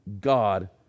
God